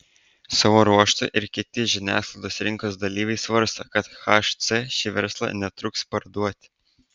savo ruožtu ir kiti žiniasklaidos rinkos dalyviai svarsto kad hc šį verslą netruks parduoti